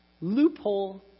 loophole